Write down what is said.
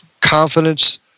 confidence